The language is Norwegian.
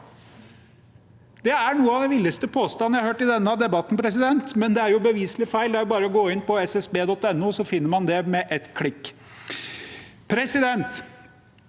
Det er blant de villeste påstandene jeg har hørt i denne debatten, men det er jo beviselig feil. Det er bare å gå inn på ssb.no, så finner man det med et klikk.